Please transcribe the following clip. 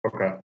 Okay